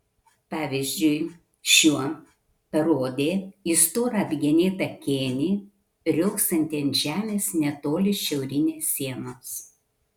pavyzdžiui šiuo parodė į storą apgenėtą kėnį riogsantį ant žemės netoli šiaurinės sienos